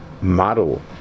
model